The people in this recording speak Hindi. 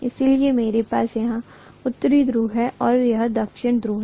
इसलिए मेरे पास यहाँ उत्तरी ध्रुव है और यह दक्षिणी ध्रुव है